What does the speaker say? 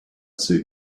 suit